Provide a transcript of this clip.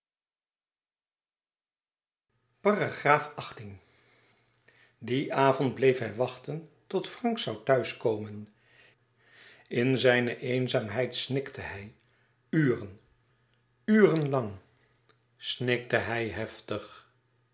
dien avond bleef hij wachten tot frank zoû thuis komen in zijne eenzaamheid snikte hij uren uren lang snikte hij heftig